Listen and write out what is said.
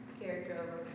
character